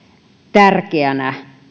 tärkeänä